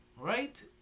right